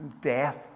death